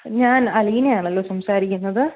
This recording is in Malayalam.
ഞാൻ അലീന ആണല്ലോ സംസാരിക്കുന്നത്